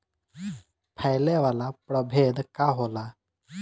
फैले वाला प्रभेद का होला?